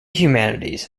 humanities